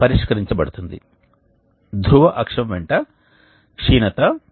కాబట్టి రోటరీ రీజెనరేటర్కు ఒక చక్రం ఉంది అది తిరుగుతుంది మరియు అందుకే దీనిని హీట్ వీల్ అని కూడా పిలుస్తారు